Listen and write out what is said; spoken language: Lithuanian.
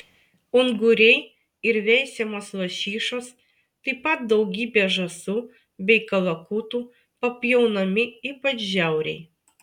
unguriai ir veisiamos lašišos taip pat daugybė žąsų bei kalakutų papjaunami ypač žiauriai